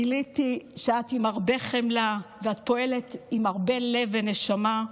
גיליתי שאת עם הרבה חמלה ואת פועלת עם הרבה לב ונשמה.